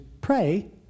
pray